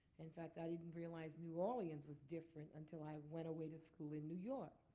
in fact, i didn't realize new orleans was different until i went away to school in new york.